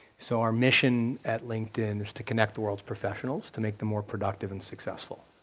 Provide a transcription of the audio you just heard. so our mission at linkedin is to connect the world's professionals, to make them more productive and successful.